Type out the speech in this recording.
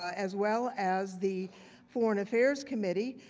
ah as well as the foreign affairs committee.